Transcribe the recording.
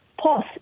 pause